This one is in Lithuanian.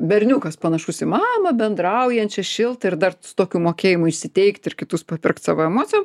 berniukas panašus į mamą bendraujančią šiltą ir dar tokiu mokėjimu įsiteikt ir kitus papirkt savo emocijom